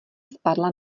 spadla